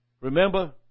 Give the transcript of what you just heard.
Remember